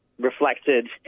reflected